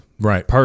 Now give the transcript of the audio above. Right